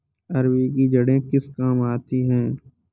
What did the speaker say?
अरबी की जड़ें किस काम आती हैं?